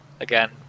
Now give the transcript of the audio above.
again